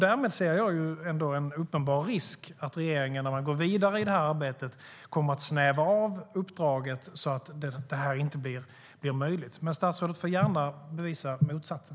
Därmed ser jag ändå en uppenbar risk att regeringen, när man går vidare i arbetet, kommer att snäva av uppdraget så att detta inte blir möjligt. Men statsrådet får gärna bevisa motsatsen.